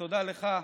ותודה לך,